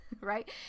right